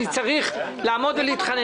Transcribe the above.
אני אגיד לך יותר מזה.